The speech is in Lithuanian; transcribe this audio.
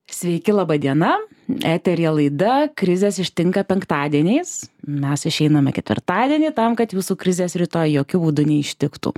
sveiki laba diena eteryje laida krizės ištinka penktadieniais mes išeinam į ketvirtadienį tam kad jūsų krizės rytoj jokiu būdu neištiktų